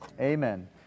Amen